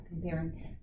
comparing